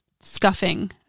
scuffing